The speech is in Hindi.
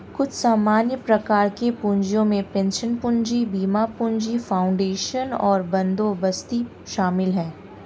कुछ सामान्य प्रकार के पूँजियो में पेंशन पूंजी, बीमा पूंजी, फाउंडेशन और बंदोबस्ती शामिल हैं